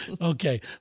Okay